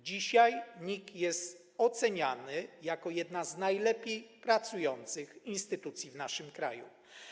Dzisiaj NIK jest oceniany jako jedna z najlepiej pracujących instytucji w naszym kraju.